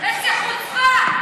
איזו חוצפה.